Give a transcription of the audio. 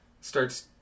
starts